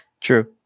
True